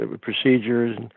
procedures